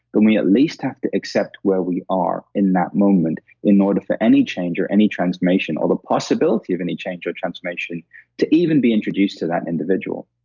then we at least have to accept where we are in that moment in order for any change or any transformation or the possibility of any change or transformation to even be introduced to that individual.